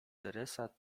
teresa